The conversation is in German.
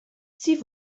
sie